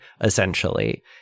essentially